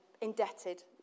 indebted